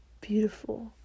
beautiful